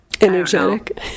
energetic